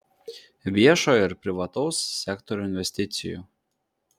viešojo ir privataus sektorių investicijų